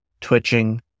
twitching